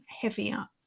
heavier